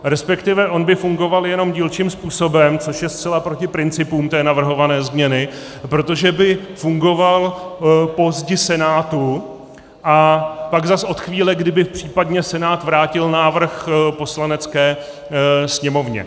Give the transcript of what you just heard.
Respektive on by fungoval jenom dílčím způsobem, což je zcela proti principům navrhované změny, protože by fungoval po zdi Senátu, a pak zas od chvíle, kdy by případně Senát vrátil návrh Poslanecké sněmovně.